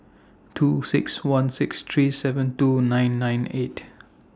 two six one six three seven two nine nine eight